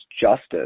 justice